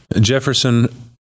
jefferson